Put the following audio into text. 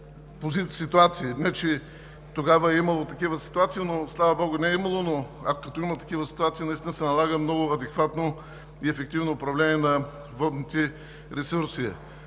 подобни ситуации. Не че тогава е имало такива ситуации, слава богу, не е имало, но като има такива ситуации, наистина се налага много адекватно и ефективно управление на водните ресурси.